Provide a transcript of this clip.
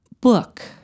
Book